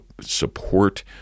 support